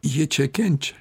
jie čia kenčia